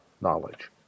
Knowledge